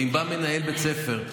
ואם מנהל בית ספר,